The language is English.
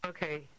Okay